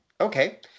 Okay